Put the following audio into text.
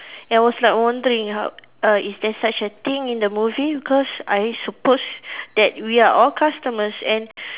and I was like wondering how uh is there such a thing in the movie because I supposed that we are all customers and